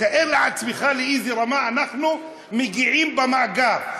תאר לעצמך לאיזו רמה אנחנו מגיעים במאגר.